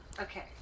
Okay